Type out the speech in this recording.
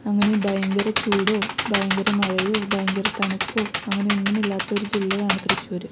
അങ്ങനെ ഭയങ്കര ചൂടോ ഭയങ്കര മഴയോ ഭയങ്കര തണുപ്പോ അങ്ങനെയൊന്നുമില്ലാത്തൊരു ജില്ലയാണ് തൃശ്ശൂര്